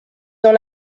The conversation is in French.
dans